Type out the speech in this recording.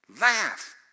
Laugh